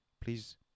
Please